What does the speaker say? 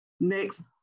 Next